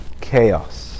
Chaos